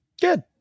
Good